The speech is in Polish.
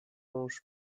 mąż